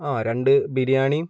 രണ്ട് ബിരിയാണിയും